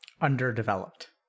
Underdeveloped